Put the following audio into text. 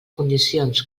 condicions